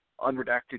unredacted